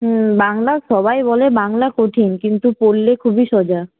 হুম বাংলা সবাই বলে বাংলা কঠিন কিন্তু পড়লে খুবই সোজা